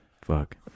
Fuck